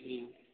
हूँ